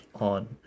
on